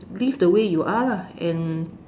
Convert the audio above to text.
live the way you are lah and